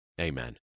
Amen